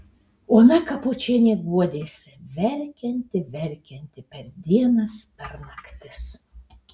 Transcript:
ona kapočienė guodėsi verkianti verkianti per dienas per naktis